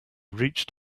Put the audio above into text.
reached